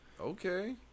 Okay